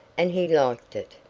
and he liked it.